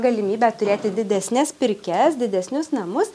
galimybę turėti didesnes pirkias didesnius namus